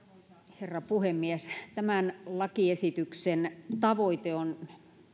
herra puhemies tämän lakiesityksen tavoite on